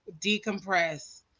decompress